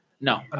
No